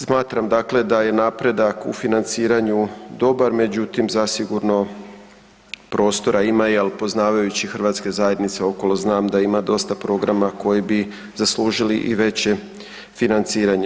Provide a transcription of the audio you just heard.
Smatram dakle da je napredak u financiranju dobar, međutim, zasigurno prostora ima jer poznavajući hrvatske zajednice okolo, znam da ima dosta programa koji bi zaslužili i veće financiranje.